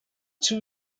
two